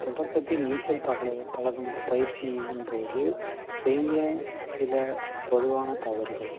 தொடக்கத்தில் நீச்சல் பகல பழகும் பயிற்சியின் போது செய்ய சில பொதுவான தவறுகள்